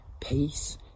peace